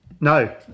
No